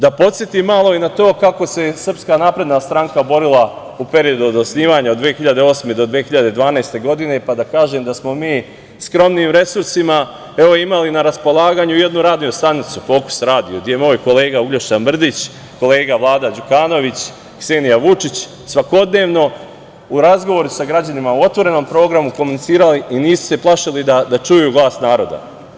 Da podsetim malo i na to kako se SNS borila u periodu od osnivanja od 2008. do 2012. godine, pa da kažem da smo mi skromnijim resursima, imali na raspolaganju jednu radio stanicu „Fokus“ radio, gde je moj kolega Uglješa Mrdić, kolega Vlada Đukanović, Ksenija Vučić svakodnevno u razgovoru sa građanima, u otvorenom programu komunicirali i nisu se plašili da čuju glas naroda.